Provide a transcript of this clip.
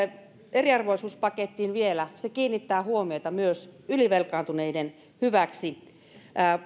eriarvoisuuspakettiin vielä se kiinnittää huomiota myös ylivelkaantuneiden hyväksi